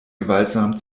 gewaltsam